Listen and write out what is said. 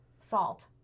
salt